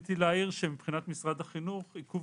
רציתי להעיר שמבחינת משרד החינוך עיכוב